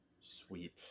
Sweet